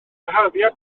gwaharddiad